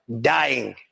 dying